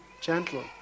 gentle